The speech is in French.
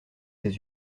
ses